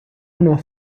unos